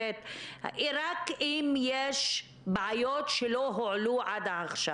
רק אם יש בעיות וסוגיות שלא הועלו עד עכשיו.